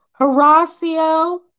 Horacio